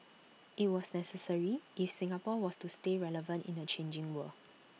IT was necessary if Singapore was to stay relevant in the changing world